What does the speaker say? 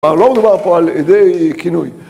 לא מדובר פה על ידי כינוי